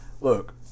Look